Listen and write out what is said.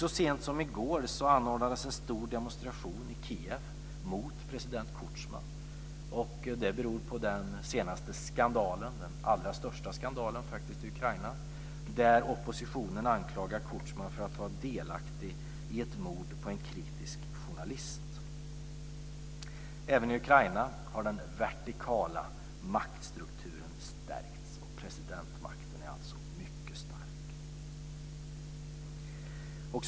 Så sent som i går anordnades en stor demonstration i Kiev mot president Kutjma. Det beror på den senaste skandalen, den allra största skandalen i Ukraina, där oppositionen anklagar Kutjma för att vara delaktig i ett mord på en kritisk journalist. Även i Ukraina har den vertikala maktstrukturen stärkts, och presidentmakten är alltså mycket stark.